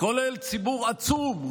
כולל ציבור עצום,